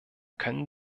können